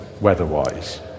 weather-wise